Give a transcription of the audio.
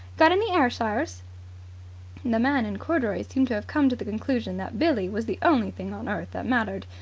got any ayrshires? the man in corduroys seemed to have come to the conclusion that billie was the only thing on earth that mattered.